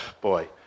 boy